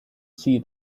see